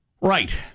Right